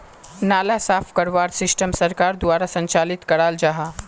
नाला साफ करवार सिस्टम सरकार द्वारा संचालित कराल जहा?